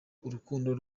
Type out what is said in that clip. urukundo